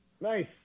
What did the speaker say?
Nice